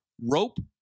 rope